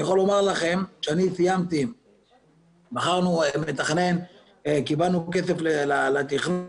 אני יכול לומר לכם שקיבלנו כסף לתכנון.